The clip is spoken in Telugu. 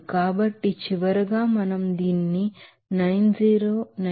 కాబట్టి చివరగా మనం దీనిని 90 901